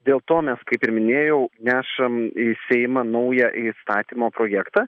dėl to mes kaip ir minėjau nešam į seimą naują įstatymo projektą